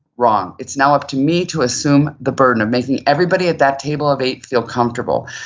wrong. it's now up to me to assume the burden of making everybody at that table of eight feel comfortable.